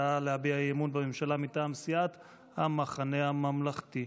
ההצעה להביע אי-אמון בממשלה מטעם סיעת המחנה הממלכתי.